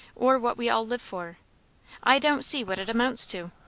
or what we all live for i don't see what it amounts to.